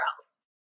else